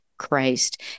Christ